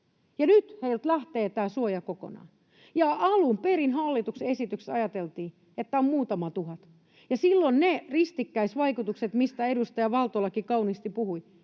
nyt heiltä lähtee tämä suoja kokonaan. Alun perin hallituksen esityksessä ajateltiin, että on muutama tuhat, ja silloin ne ristikkäisvaikutukset, mistä edustaja Valtolakin kauniisti puhui,